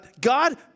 God